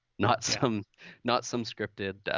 not some not some scripted,